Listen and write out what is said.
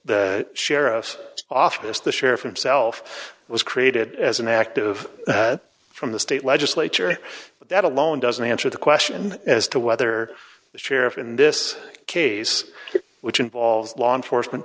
the sheriff's office the sheriff himself was created as an active from the state legislature but that alone doesn't answer the question as to whether the sheriff in this case which involves law enforcement